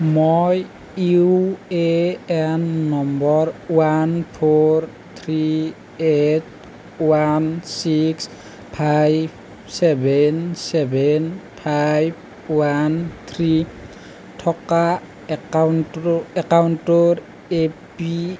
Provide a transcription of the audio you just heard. মই U A N number one four three eight one six five seven seven five one three থকা একাউণ্টৰ A P